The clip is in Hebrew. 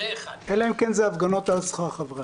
אלא אם כן זה הפגנות על שכר חברי